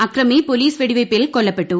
അക്രമി പൊലീസ് വെടിവയ്പിൽ കൊല്ലപ്പെട്ടു